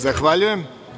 Zahvaljujem.